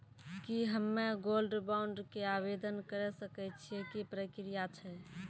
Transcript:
की हम्मय gold bond के आवदेन करे सकय छियै, की प्रक्रिया छै?